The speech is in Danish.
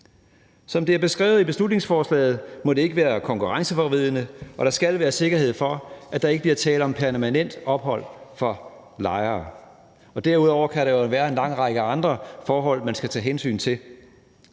Som det er beskrevet i beslutningsforslaget, må det ikke være konkurrenceforvridende, og der skal være sikkerhed for, at der ikke bliver tale om permanent ophold for lejere. Derudover kan der jo være en lang række andre forhold, man skal tage hensyn til.